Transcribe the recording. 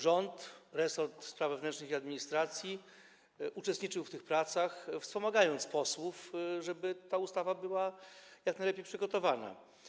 Rząd, resort spraw wewnętrznych i administracji uczestniczył w tych pracach, wspomagając posłów, żeby ta ustawa była jak najlepiej przygotowana.